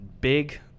big